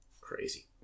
crazy